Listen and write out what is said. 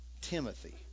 Timothy